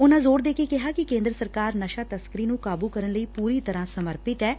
ਉਨੂਾ ਜ਼ੋਰ ਦੇ ਕੇ ਕਿਹਾ ਕਿ ਕੇਦਰ ਸਰਕਾਰ ਨਸ਼ਾ ਤਸਕਰੀ ਨੂੰ ਕਾਬੂ ਕਰਨ ਲਈ ਪੂਰੀ ਤਰ੍ਹਾ ਸਮਰਪਿਤ ਐਂ